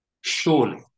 surely